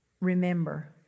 Remember